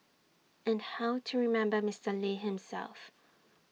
and how to remember Mister lee himself